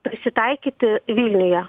prisitaikyti vilniuje